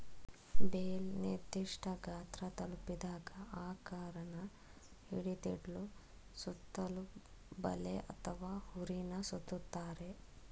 bale ನಿರ್ದಿಷ್ಠ ಗಾತ್ರ ತಲುಪಿದಾಗ ಆಕಾರನ ಹಿಡಿದಿಡ್ಲು ಸುತ್ತಲೂ ಬಲೆ ಅಥವಾ ಹುರಿನ ಸುತ್ತುತ್ತಾರೆ